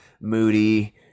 moody